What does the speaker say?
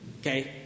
Okay